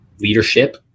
leadership